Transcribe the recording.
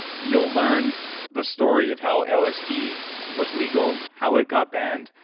you'll learn the story of how lsd was legal, how it got banned,